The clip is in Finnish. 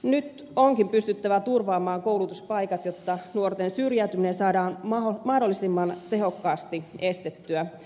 nyt onkin pystyttävä turvaamaan koulutuspaikat jotta nuorten syrjäytyminen saadaan mahdollisimman tehokkaasti estettyä